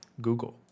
Google